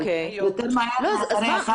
אבל יותר מהר מאחרי החג?